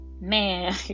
Man